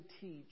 teach